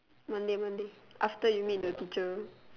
monday monday after you meet the teacher